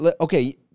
okay